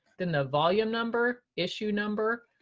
then the volume number, issue number,